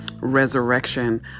resurrection